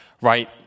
right